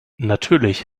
natürlich